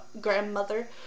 grandmother